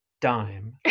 dime